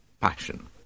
passion